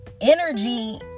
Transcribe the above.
energy